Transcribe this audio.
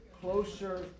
closer